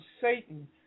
Satan